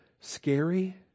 scary